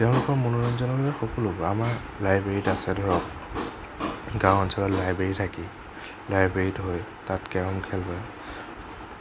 তেওঁলোকৰ মনোৰঞ্জনৰ সকলো আমাৰ এতিয়া লাইব্ৰেৰী আছে ধৰক গাওঁ অঞ্চলত লাইব্ৰেৰী থাকে লাইব্ৰেৰীত ধৰক তাত কেৰম খেল হয়